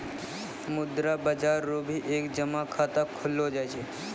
मुद्रा बाजार रो भी एक जमा खाता खोललो जाय छै